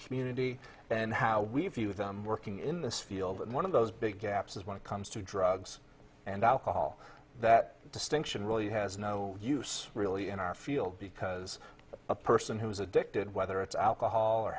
community and how we view them working in this field and one of those big gaps is when it comes to drugs and alcohol that distinction really has no use really in our field because a person who is addicted whether it's alcohol or